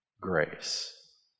grace